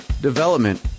development